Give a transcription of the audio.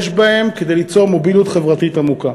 יש בו כדי ליצור מוביליות חברתית עמוקה.